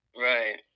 Right